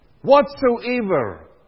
whatsoever